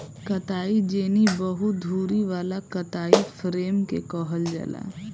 कताई जेनी बहु धुरी वाला कताई फ्रेम के कहल जाला